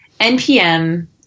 NPM